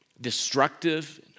destructive